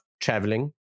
traveling